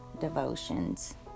devotions